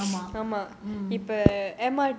ஆமா:aama